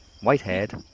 white-haired